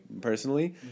personally